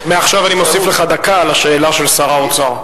מעכשיו אני מוסיף לך דקה על השאלה של שר האוצר.